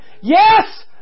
Yes